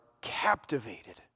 captivated